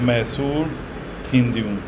मुयसरु थींदियूं